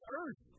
earth